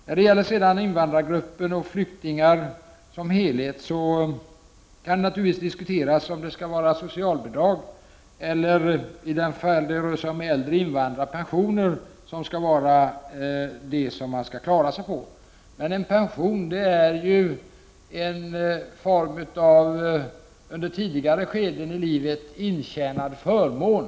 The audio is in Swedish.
Det kan när det gäller invandrargrupper och flyktingar naturligtvis diskuteras om det är socialbidraget eller — i de fall det rör sig om äldre invandrare — pensionen som man skall klara sig på. Pensionen är dock en form av en under tidigare skeden i livet intjänad förmån.